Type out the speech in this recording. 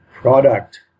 product